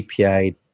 API